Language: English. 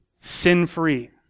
sin-free